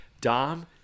Dom